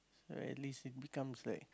at least it becomes like